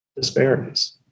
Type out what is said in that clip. disparities